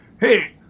Hey